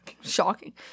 Shocking